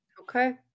Okay